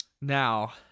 Now